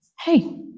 hey